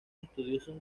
estudiosos